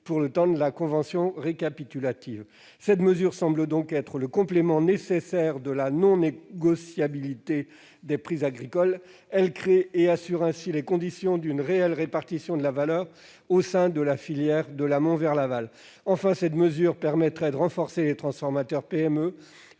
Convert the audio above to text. pour le temps de la convention récapitulative. Cette mesure est le complément nécessaire de la non-négociabilité des prix agricoles. Elle crée et assure ainsi les conditions d'une réelle répartition de la valeur au sein de la filière, de l'amont vers l'aval. Enfin, cette mesure permettrait de renforcer les transformateurs PME,